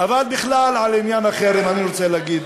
אבל בכלל אני רוצה להגיד